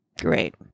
Great